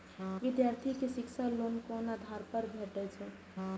विधार्थी के शिक्षा लोन कोन आधार पर भेटेत अछि?